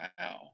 Wow